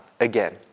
again